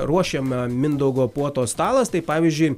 ruošiama mindaugo puotos stalas tai pavyzdžiui